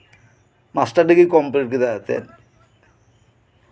master degree complete ᱠᱮᱫᱟᱭ ᱮᱱᱛᱮᱫ